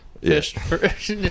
Yes